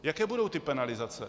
Jaké budou ty penalizace?